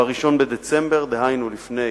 ב-1 בדצמבר, דהיינו לפני